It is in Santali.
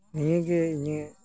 ᱱᱤᱭᱟᱹᱜᱮ ᱤᱧᱟᱹᱜ